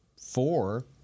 four